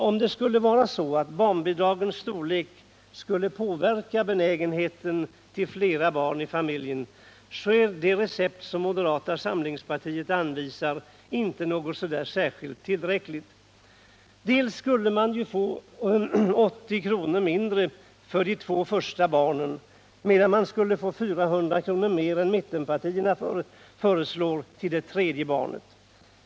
Om det skulle vara så att barnbidragens storlek påverkar benägenheten att ha fler barn i familjerna, är det recept som moderata samlingspartiet anvisar inte på något sätt tillräckligt. Familjerna skulle ju få 80 kr. mindre för de två första barnen, medan man skulle få 400 kr. mer än mittenpartiernas förslag för det tredje barnet.